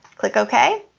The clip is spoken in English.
click okay,